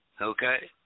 Okay